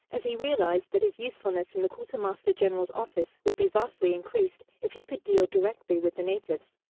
as he realized that his usefulness in the quartermaster-general's office would be vastly increased if he could deal directly with the natives.